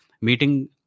meeting